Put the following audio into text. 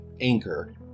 anchor